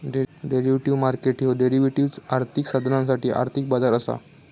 derivative market ह्यो derivatives, आर्थिक साधनांसाठी आर्थिक बाजार असा